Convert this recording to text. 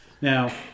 Now